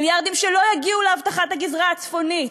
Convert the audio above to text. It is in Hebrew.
מיליארדים שלא יגיעו לאבטחת הגזרה הצפונית,